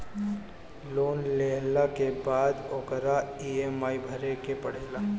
loan लेहला के बाद ओकर इ.एम.आई भरे के पड़ेला